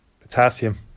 potassium